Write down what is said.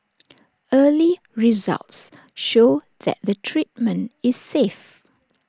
early results show that the treatment is safe